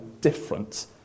different